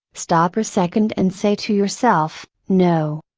stop a second and say to yourself, no.